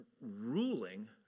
ruling